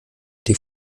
die